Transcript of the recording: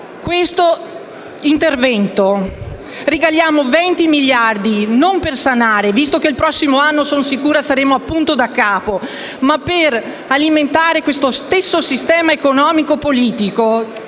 questo intervento. Regaliamo 20 miliardi di euro non per sanare - visto che il prossimo anno, sono sicura, saremo punto e a capo - ma per alimentare quello stesso sistema economico-politico